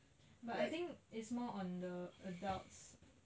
but I think it's more on the adults